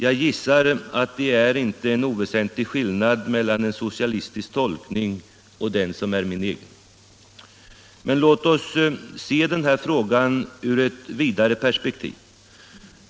Jag gissar att det är en icke ovä sentlig skillnad mellan en socialistisk tolkning och den som är min egen. Men låt oss se den här frågan ur ett vidare perspektiv.